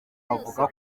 avuga